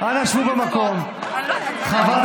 חברת